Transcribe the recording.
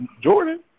Jordan